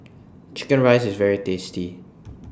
Chicken Rice IS very tasty